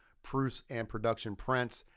proofs, and production prints.